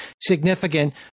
significant